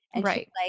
Right